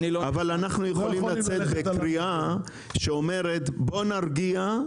אבל אנחנו יכולים לצאת בקריאה שאומרת: בואו נרגיע,